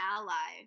ally